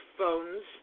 phones